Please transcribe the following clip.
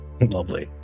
Lovely